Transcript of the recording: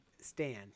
stand